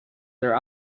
their